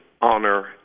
honor